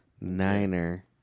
niner